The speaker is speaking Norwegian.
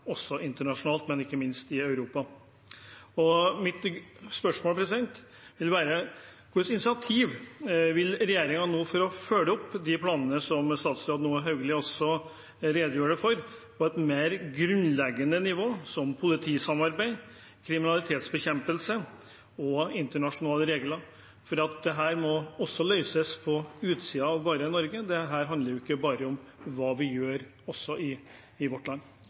internasjonalt, ikke minst i Europa. Mitt spørsmål er: Hvilke initiativ vil regjeringen ta for å følge opp de planene som statsråd Hauglie nå redegjorde for, på et mer grunnleggende nivå – som politisamarbeid, kriminalitetsbekjempelse og internasjonale regler? For dette må løses også på utsiden av Norge. Dette handler ikke bare om hva vi gjør i vårt land.